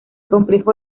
complejo